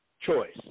choice